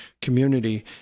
community